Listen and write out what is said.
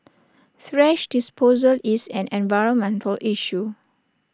thrash disposal is an environmental issue